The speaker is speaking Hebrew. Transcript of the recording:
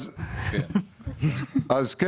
כן,